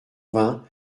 vingt